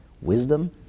wisdom